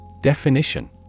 Definition